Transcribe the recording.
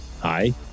Hi